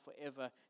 forever